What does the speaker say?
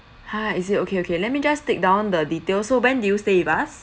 ha is it okay okay let me just take down the details so when did you stayed with us